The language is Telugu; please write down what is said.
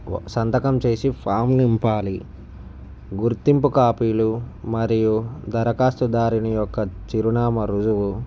సంతకం చేసి ఫార్మ్ నింపాలి గుర్తింపు కాపీలు మరియు దరఖాస్తు దారిని యొక్క చిరునామా రుజువు